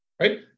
Right